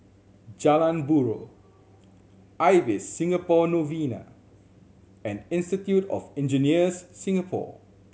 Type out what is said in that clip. Jalan Buroh Ibis Singapore Novena and Institute of Engineers Singapore